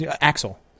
Axel